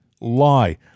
lie